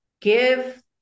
give